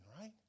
right